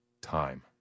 time